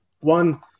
One